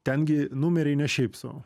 ten gi numeriai ne šiaip sau